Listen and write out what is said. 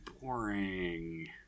boring